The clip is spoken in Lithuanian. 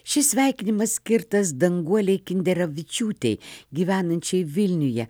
šis sveikinimas skirtas danguolei kinderavičiūtei gyvenančiai vilniuje